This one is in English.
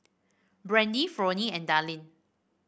Brandy Fronie and Dallin